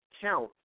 count